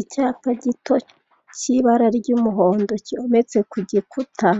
Icyapa gito cy'ibara ry'umuhondo cyometse ku gikuta.